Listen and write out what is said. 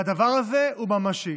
והדבר הזה הוא ממשי.